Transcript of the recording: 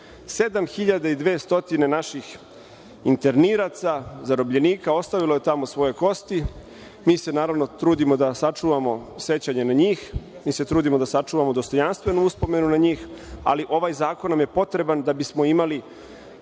naših interniraca, zarobljenika. Ostavili su tamo svoje kosti. Mi se trudimo da sačuvamo sećanje na njih, trudimo se da sačuvamo dostojanstvenu uspomenu na njih, ali ovaj zakon nam je potreban da bismo imali